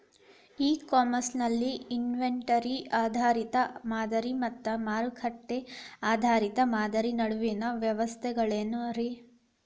E commerce ನಲ್ಲಿ inventory ಆಧಾರಿತ ಮಾದರಿ ಮತ್ತ ಮಾರುಕಟ್ಟೆ ಆಧಾರಿತ ಮಾದರಿಯ ನಡುವಿನ ವ್ಯತ್ಯಾಸಗಳೇನ ರೇ?